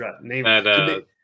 Name